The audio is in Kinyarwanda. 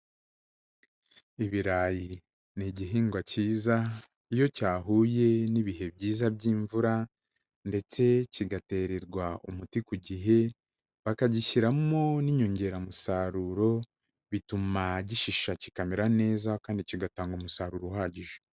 Ibirayi ni igihingwa cyiza, iyo cyahuye n'ibihe byiza by'imvura ndetse kigatererwa umuti ku gihe, bakagishyiramo n'inyongeramusaruro bituma gishisha, kikamera neza kandi kigatanga umusaruro uhagije.